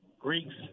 Greeks